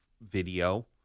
video